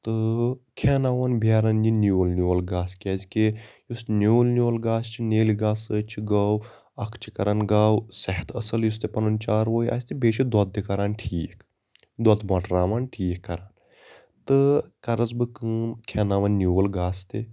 تہٕ کھیاناو ہوٚن بیرَن نہِ یہِ نیول نیول گاسہٕ کیازِ کہِ یُس نیول نیول گاسہٕ چھِ نیٖلہٕ گاسہِ سۭتۍ چھِ گٲو اَکھ چھِ کَران گاو صحت أصٕل یُس تۄیہِ پَنُن چاروٲے آسہِ تہٕ بییٚہِ چھِ دۄد تہِ کَران ٹھیٖک دۄد بٹھراوان ٹھیٖک کَران تہٕ کرس بہٕ کٲم کھٮ۪ناون نیول گاسہٕ تیٚلہِ